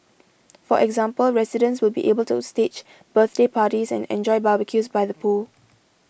for example residents will be able to stage birthday parties and enjoy barbecues by the pool